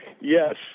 Yes